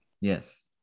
Yes